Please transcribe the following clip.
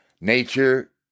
nature